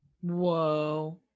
Whoa